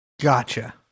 gotcha